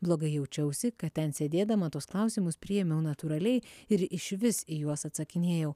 blogai jaučiausi kad ten sėdėdama tuos klausimus priėmiau natūraliai ir išvis į juos atsakinėjau